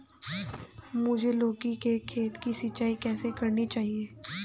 मुझे लौकी के खेत की सिंचाई कैसे करनी चाहिए?